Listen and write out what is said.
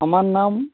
আমার নাম